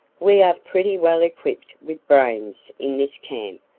we are pretty well equipped with brains in this camp,